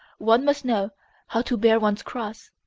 one must know how to bear one's cross,